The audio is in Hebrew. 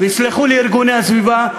ויסלחו לי ארגוני הסביבה.